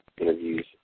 interviews